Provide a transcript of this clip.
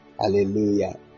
hallelujah